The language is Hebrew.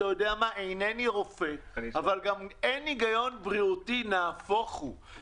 אינני רופא אבל גם אין היגיון בריאותי, נהפוך הוא.